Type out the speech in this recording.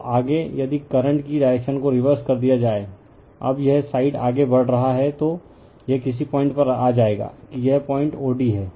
अब आगे यदि करंट की डायरेक्शन को रिवर्स कर दिया जाए अब यह साइड आगे बढ़ रहा है तो यह किसी पॉइंट पर आ जाएगा कि यह पॉइंट od है